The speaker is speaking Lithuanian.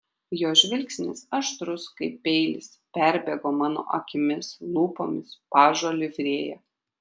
jo žvilgsnis aštrus kaip peilis perbėgo mano akimis lūpomis pažo livrėja